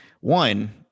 One